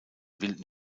wilden